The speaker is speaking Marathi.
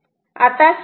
स्टॅटिक का